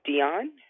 Dion